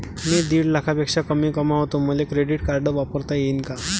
मी दीड लाखापेक्षा कमी कमवतो, मले क्रेडिट कार्ड वापरता येईन का?